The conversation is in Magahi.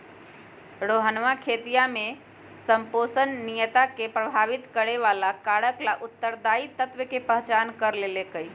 रोहनवा खेतीया में संपोषणीयता के प्रभावित करे वाला कारक ला उत्तरदायी तत्व के पहचान कर लेल कई है